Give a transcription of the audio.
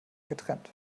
getrennt